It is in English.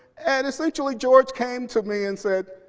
and essentially george came to me and said,